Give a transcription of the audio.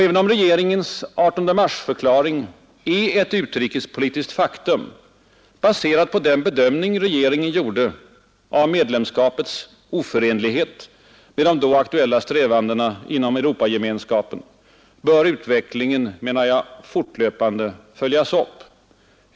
Även om regeringens 18-marsförklaring är ett utrikespolitiskt faktum baserat på den bedömning regeringen gjorde av medlemskapets oförenlighet med de då aktuella strävandena inom Europagemenskapen, bör utvecklingen, menar jag, fortlöpande följas upp.